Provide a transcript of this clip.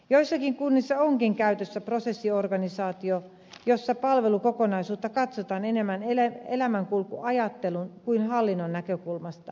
joissakin kunnissa onkin käytössä prosessiorganisaatio jossa palvelukokonaisuutta katsotaan enemmän elämänkulkuajattelun kuin hallinnon näkökulmasta